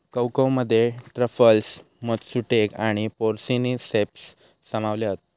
कवकमध्ये truffles, matsutake आणि porcini ceps सामावले हत